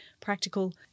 practical